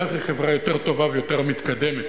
כך היא חברה יותר טובה ויותר מתקדמת.